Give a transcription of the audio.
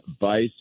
vice